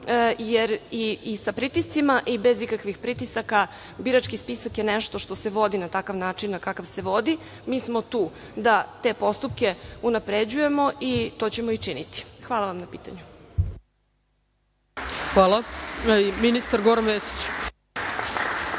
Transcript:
jer i sa pritiscima i bez ikakvih pritisaka birački spisak je nešto što se vodi na takav način kako se vodi. Mi smo tu da te postupke unapređujemo i to ćemo i činiti. Hvala vam na pitanju. **Ana Brnabić**